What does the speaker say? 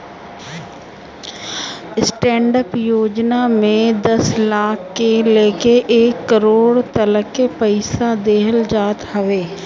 stand up योजना में दस लाख से लेके एक करोड़ तकले पईसा देहल जात हवे